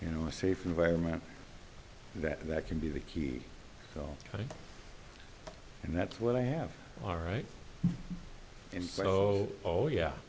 you know a safe environment that that can be the key and that's what i have all right and so oh yeah